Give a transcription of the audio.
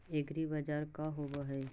एग्रीबाजार का होव हइ?